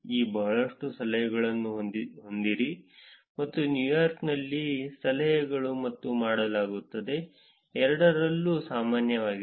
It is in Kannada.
ಈ ಬಹಳಷ್ಟು ಸಲಹೆಗಳನ್ನು ಹೊಂದಿರಿ ಮತ್ತು ನ್ಯೂಯಾರ್ಕ್ನಲ್ಲಿ ಸಲಹೆಗಳು ಮತ್ತು ಮಾಡಲಾಗುತ್ತದೆ ಎರಡರಲ್ಲೂ ಸಾಮಾನ್ಯವಾಗಿದೆ